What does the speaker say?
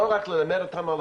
לא רק ללמד אותנו על